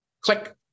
Click